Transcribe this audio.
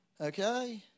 Okay